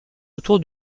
autour